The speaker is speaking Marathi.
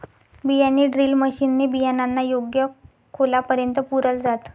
बियाणे ड्रिल मशीन ने बियाणांना योग्य खोलापर्यंत पुरल जात